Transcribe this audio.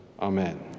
Amen